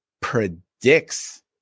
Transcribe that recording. predicts